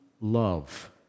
love